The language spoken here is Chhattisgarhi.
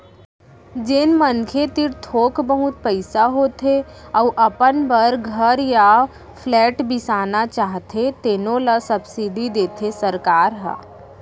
जेन मनखे तीर थोक बहुत पइसा होथे अउ अपन बर घर य फ्लेट बिसाना चाहथे तेनो ल सब्सिडी देथे सरकार ह